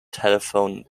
telephone